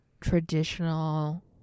traditional